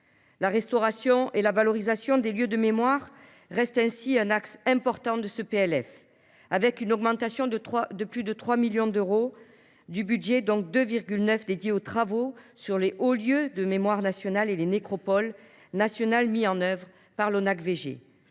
La restauration et la valorisation des lieux de mémoire restent ainsi un axe important de ce PLF, avec une augmentation de plus de 3 millions d’euros du budget, dont 2,9 millions dédiés aux travaux sur les hauts lieux de mémoire nationale et les nécropoles nationales mis en œuvre par l’ONACVG.